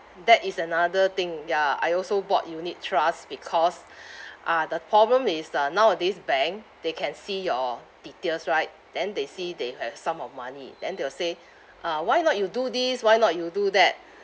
that is another thing ya I also bought unit trust because uh the problem is uh nowadays bank they can see your details right then they see that you have a sum of money then they will say uh why not you do this why not you do that